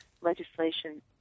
legislation